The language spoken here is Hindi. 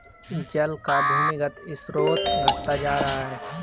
जल का भूमिगत स्रोत घटता जा रहा है